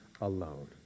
alone